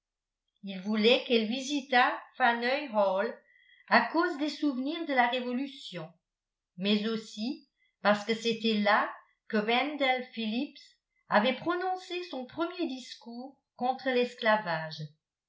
il voulait qu'elle visitât faneuil hall à cause des souvenirs de la révolution mais aussi parce que c'était là que wendell phillips avait prononcé son premier discours contre l'esclavage